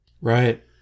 Right